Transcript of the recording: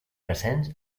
presents